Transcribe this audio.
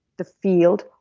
the field,